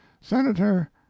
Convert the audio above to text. Senator